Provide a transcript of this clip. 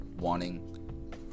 wanting